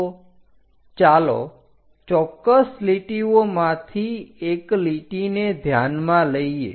તો ચાલો ચોક્કસ લીટીઓમાંથી એક લીટીને ધ્યાનમાં લઈએ